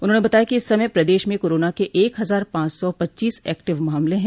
उन्होंने बताया कि इस समय प्रदेश में कोरोना के एक हजार पांच सौ पच्चीस एक्टिव मामले हैं